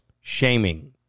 shaming